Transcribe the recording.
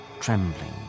trembling